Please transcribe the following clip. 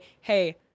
Hey